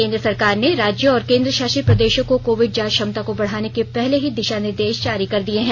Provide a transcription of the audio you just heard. केंद्र सरकार ने राज्यों और केंद्र शासित प्रदेशों को कोविड जांच क्षमता को बढ़ाने के पहले ही दिशा निर्देश जारी कर दिए हैं